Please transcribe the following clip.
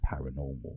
paranormal